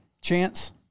Chance